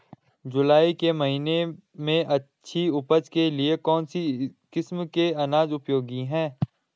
जुलाई के महीने में अच्छी उपज के लिए कौन सी किस्म के अनाज उपयोगी हैं?